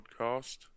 podcast